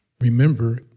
Remember